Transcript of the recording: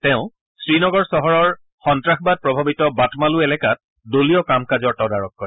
তেওঁ শ্ৰীনগৰ চহৰৰ সন্তাসবাদ প্ৰভাৱিত বাটমালু এলেকাত দলীয় কাম কাজৰ তদাৰক কৰে